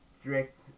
strict